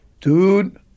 Dude